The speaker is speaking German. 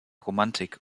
romantik